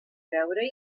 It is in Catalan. veure